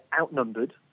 outnumbered